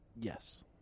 Yes